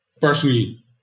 Personally